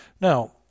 Now